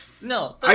No